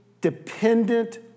dependent